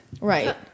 right